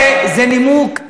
זה נימוק,